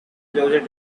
closer